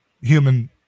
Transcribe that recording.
human